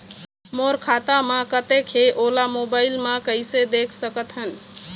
मोर खाता म कतेक हे ओला मोबाइल म कइसे देख सकत हन?